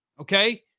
Okay